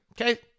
Okay